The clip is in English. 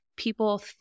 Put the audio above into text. People